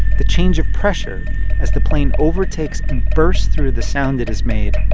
the change of pressure as the plane overtakes and bursts through the sound that is made.